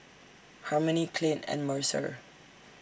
Harmony Clint and Mercer